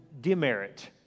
demerit